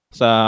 sa